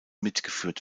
mitgeführt